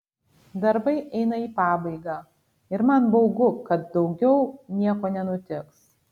darbai eina į pabaigą ir man baugu kad daugiau nieko nenutiks